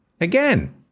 again